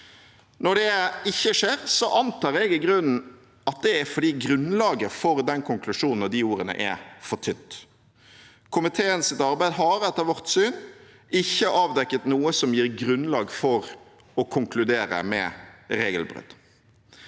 Når det ikke skjer, antar jeg i grunnen at det er fordi grunnlaget for den konklusjonen og de ordene er for tynt. Komiteens arbeid har etter vårt syn ikke avdekket noe som gir grunnlag for å konkludere med regelbrudd.